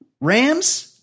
Rams